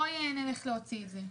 בואי נלך להוציא את זה.